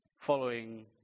following